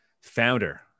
founder